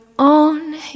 On